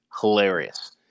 hilarious